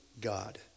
God